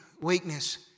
weakness